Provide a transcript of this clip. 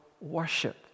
worship